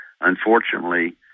Unfortunately